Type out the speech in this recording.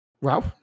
Ralph